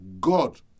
God